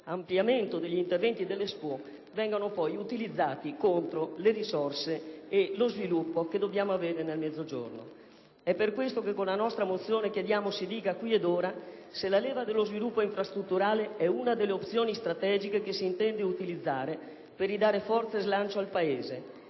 funzione dell'evento dell'Expo, vengano poi utilizzati in senso contrario allo sviluppo che dobbiamo avere nel Mezzogiorno. È per questo che con la nostra mozione chiediamo che si dica qui ed ora se la leva dello sviluppo infrastrutturale è una delle opzioni strategiche che si intende utilizzare per ridare forza e slancio al Paese,